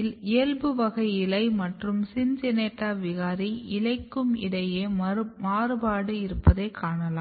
இயல்பு வகை இலை மற்றும் CINCINNATA விகாரி இலைக்கும் இடையே மாறுபாடு இருப்பதாய் காணலாம்